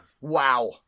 Wow